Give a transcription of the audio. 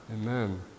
Amen